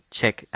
check